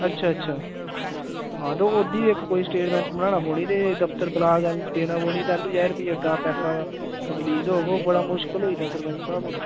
अच्छा अच्छा आं ते ओह्दी इक कोई स्टेटमेंट बनाना पौनी ते दफ्तर ब्लाक देना पौनी तैह्लूं जाई री भी अग्गूं पैसा रीलिज होग ओह् बड़ा मुश्कल होई गेदा सरपैंच साह्ब हून